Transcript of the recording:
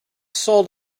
sold